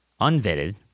unvetted